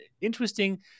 interesting